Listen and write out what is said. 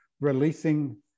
releasing